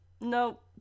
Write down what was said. Nope